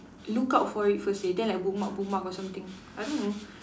look out for it first seh then like bookmark bookmark or something I don't know